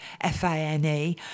F-A-N-E